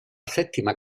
settima